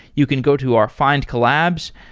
you can go to our findcollabs,